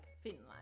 Finland